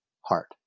heart